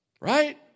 Right